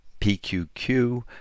PQQ